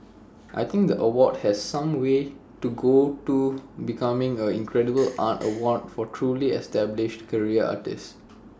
I think the award has some way to go to becoming A credible art award for truly established career artists